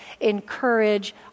encourage